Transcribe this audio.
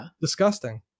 Disgusting